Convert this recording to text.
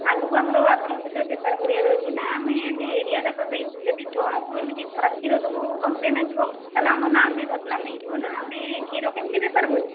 ଆଗକୁ ଆମର ଆପଣଙ୍କ ସହିତ ବେପାର କରିବାର ଅଛି ନା ଆମେ ସେହି ଏରିଆଯାକ ଦେଇଛୁ ଯଦି ଜଣଙ୍କୁ ଏମିତି ଖରାପ କ୍ଷୀର ଦେବୁ କମ୍ପ୍ଲେନ୍ ଆସିବ ତା'ହେଲେ ଆମ ନାମ ବଦନାମ ହୋଇଯିବ ନା ଆମେ କ୍ଷୀର କେମିତି ବେପାର କରିବୁ